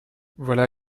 voilà